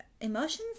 emotions